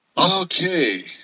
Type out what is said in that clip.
Okay